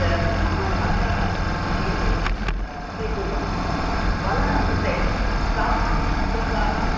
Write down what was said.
मम च छात्राः अपि सन्ति ते स्वीकुर्वन्ति बालानां कृते सामान्यश्लोकाः